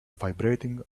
vibrating